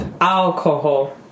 alcohol